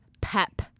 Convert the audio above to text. pep